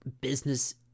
business